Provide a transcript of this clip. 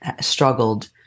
struggled